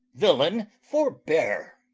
villain, forbear.